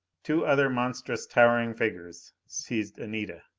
two other monstrous, towering figures seized anita.